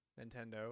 Nintendo